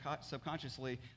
subconsciously